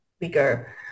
bigger